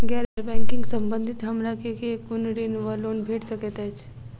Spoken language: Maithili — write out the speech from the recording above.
गैर बैंकिंग संबंधित हमरा केँ कुन ऋण वा लोन भेट सकैत अछि?